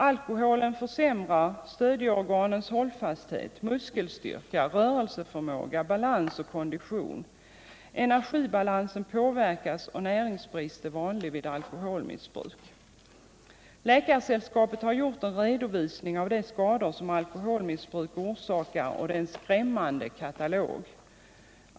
Alkoholen försämrar stödjeorganens hållfasthet, muskelstyrkan, rörelseförmågan, balansen och konditionen. Energibalansen påverkas och näringsbrist är vanlig vid alkoholmissbruk. Läkaresällskapet har gjort en redovisning av de skador som alkoholmissbruk orsakar, och det är en skrämmande katalog.